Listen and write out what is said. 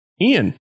Ian